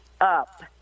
up